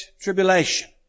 tribulation